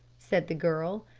said the girl.